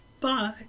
Bye